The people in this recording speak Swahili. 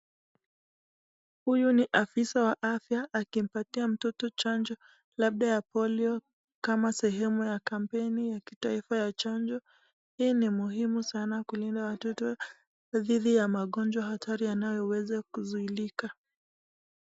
Huyu ni afisa wa afya akimpatia mtoto chanjo labda ya polio kama sehemu ya kampeini ya kitaifa ya chonjo. Hii ni muhimu sana kulinda watoto thithi ya magonjwa hatari yanayoeza kuzuilika.